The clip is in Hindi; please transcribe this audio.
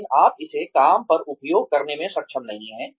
लेकिन आप इसे काम पर उपयोग करने में सक्षम नहीं हैं